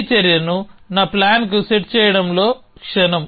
ఈ చర్యను నా ప్లాన్కు సెట్ చేయడంలో క్షణం